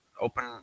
open